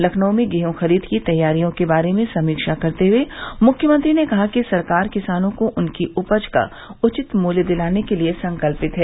लखनऊ में गेहूं खरीद की तैयारियों के बारे में समीक्षा करते हुए मुख्यमंत्री ने कहा कि सरकार किसानों को उनकी उपज का उचित मूल्य दिलाने के लिये संकल्पित है